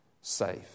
safe